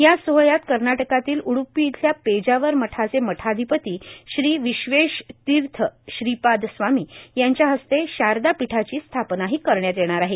याच सोहळ्यात कर्नाटकातील उड्ड्रप्पी इथल्या पेजावर मठाचे मठाधिपती श्री विश्वेशतीर्थ श्रीपाद स्वामी यांच्या हस्ते शारदापीठाची स्थापनाही करण्यात येणार आहे